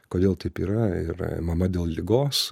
kodėl taip yra ir mama dėl ligos